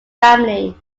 family